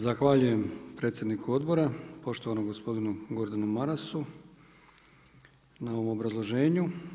Zahvaljujem predsjedniku odbora poštovanom gospodinu Gordanu Marasu na ovom obrazloženju.